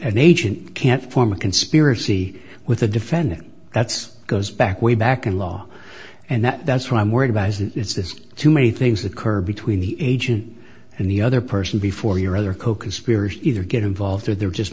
an agent can't form a conspiracy with a defendant that's goes back way back in law and that's what i'm worried about is it's just too many things occur between the agent and the other person before your other coconspirators either get involved or they're just